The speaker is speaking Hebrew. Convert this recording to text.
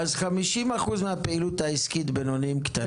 50% מהפעילות העסקית היא של עסקים קטנים-בינוניים,